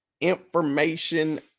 information